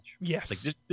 Yes